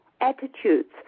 attitudes